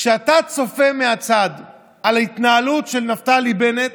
כשאתה צופה מהצד על ההתנהלות של נפתלי בנט